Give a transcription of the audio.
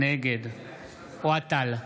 נגד אוהד טל,